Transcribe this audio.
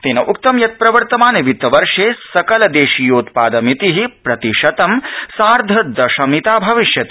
तेन उक्तं यत् प्रवर्तमान वित्तवर्षे सकल देशीयोत्पाद मिति प्रतिशतं सार्धः दश मिता भविष्यति